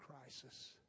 crisis